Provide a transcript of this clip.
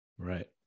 Right